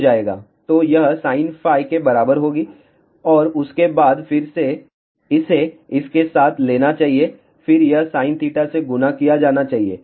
तो यह sin φ के बराबर होगी और उसके बाद फिर से इसे इसके साथ लेना चाहिए फिर यह sin θ से गुणा किया जाना चाहिए